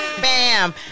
Bam